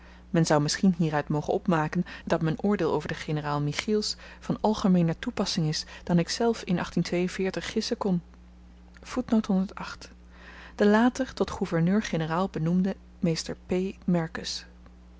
men zou misschien hieruit mogen opmaken dat m'n oordeel over den generaal michiels van algemeener toepassing is dan ikzelf in gissen kon de later tot gouverneur-generaal benoemde